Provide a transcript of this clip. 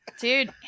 Dude